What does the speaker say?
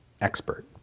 expert